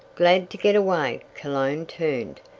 glad to get away, cologne turned,